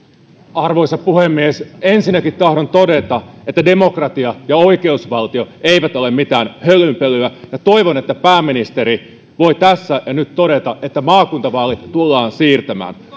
arvoisa puhemies ensinnäkin tahdon todeta että demokratia ja oikeusvaltio eivät ole mitään hölynpölyä ja toivon että pääministeri voi tässä ja nyt todeta että maakuntavaalit tullaan siirtämään